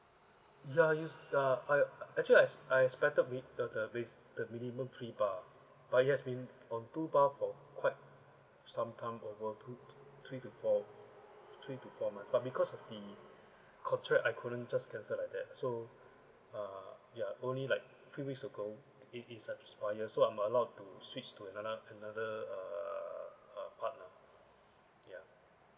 ya yes ah I actually I I expected with the the base the minimum three bar but it has been on two bar for quite sometime over two three to four three to four month but because of the contract I couldn't just cancel like that so ah ya only like three weeks ago it is uh expire so I'm allow to switch to another another uh uh partner ya